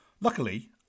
Luckily